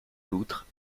loutre